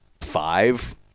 five